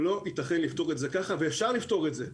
לא יתכן לפתור את זה כך ואפשר לפתור את זה.